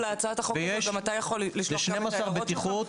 להצעת החוק גם אתה יכול לשלוח את ההערות שלך.